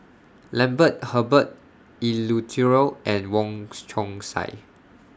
Lambert Herbert Eleuterio and Wong Chong Sai